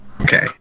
Okay